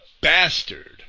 bastard